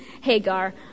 Hagar